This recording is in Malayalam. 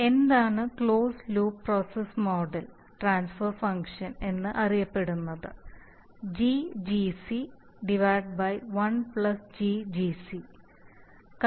എന്താണ് closed loop process model transfer function അത് അറിയപ്പെടുന്നത് GGc 1GGc എന്നാണ്